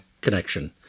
connection